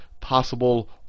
possible